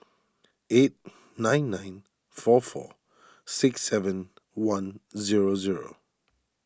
eight nine nine four four six seven one zero zero